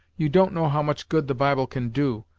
you don't know how much good the bible can do,